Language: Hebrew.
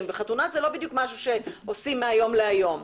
וחתונה זה לא בדיוק משהו שעושים מהיום להיום,